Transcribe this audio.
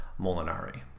Molinari